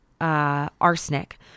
arsenic